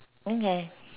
okay